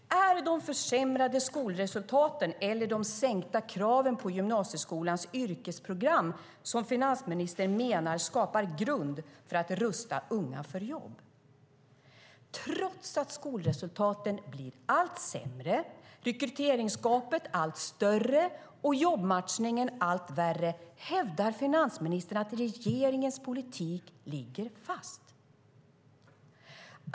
Är det de försämrade skolresultaten eller de sänkta kraven på gymnasieskolans yrkesprogram som finansministern menar skapar en grund för att rusta unga för jobb? Trots att skolresultaten blir allt sämre, rekryteringsgapet allt större och jobbmatchningen allt värre hävdar finansministern att regeringens politik ligger fast.